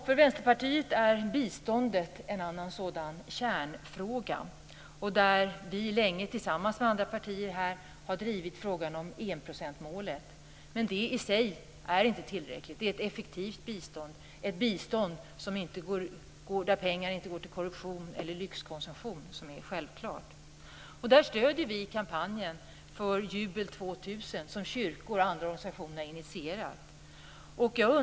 För Vänsterpartiet är biståndet en annan sådan kärnfråga. Där har vi länge tillsammans med andra partier drivit frågan om enprocentsmålet. Men det i sig är inte tillräckligt. Det är självklart ett effektivt bistånd, ett bistånd där pengar inte går till korruption eller lyxkonsumtion. Vi stöder kampanjen för Jubel 2000, som kyrkor och andra organisationer har initierat.